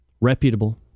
Reputable